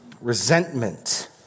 resentment